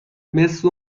مثل